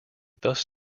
thus